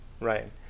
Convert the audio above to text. Right